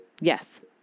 Yes